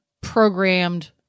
programmed